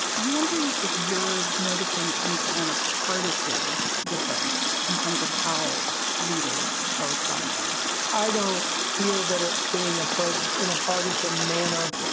i'm wondering if you're noticing any kind of partisan difference in terms of how leaders are responding i don't feel that it's being approached in a partisan manner.